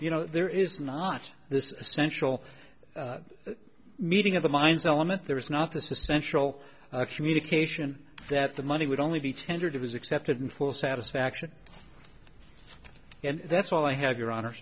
you know there is not this essential meeting of the minds element there was not the central communication that the money would only be tendered it was accepted in full satisfaction and that's all i have your honor